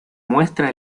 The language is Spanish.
muestra